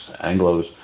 Anglos